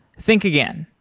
think again.